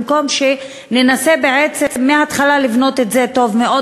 במקום שננסה בעצם מההתחלה לבנות את זה טוב מאוד,